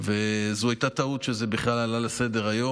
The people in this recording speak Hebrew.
וזו הייתה טעות שזה בכלל עלה לסדר-היום,